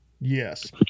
yes